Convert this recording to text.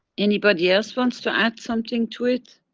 anybody else wants to add something to it,